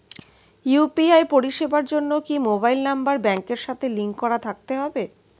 UPI পরিষেবার জন্য কি মোবাইল নাম্বার ব্যাংকের সাথে লিংক করা থাকতে হবে?